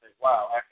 wow